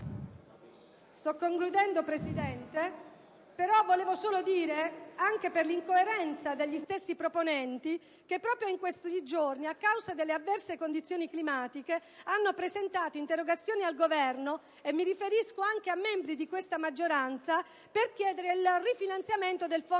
parlamentari di tutti i colleghi, anche per l'incoerenza degli stessi proponenti che proprio in questi giorni, a causa delle avverse condizioni climatiche, hanno presentato interrogazioni al Governo - e mi riferisco anche ai membri di questa maggioranza - per chiedere il rifinanziamento del fondo